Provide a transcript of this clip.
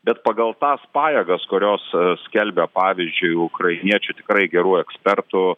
bet pagal tas pajėgas kurios skelbia pavyzdžiui ukrainiečių tikrai gerų ekspertų